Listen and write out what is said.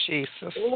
Jesus